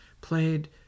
played